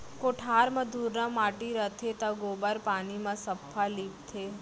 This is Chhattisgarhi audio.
कोठार म धुर्रा माटी रथे त गोबर पानी म सफ्फा लीपथें